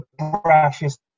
brashest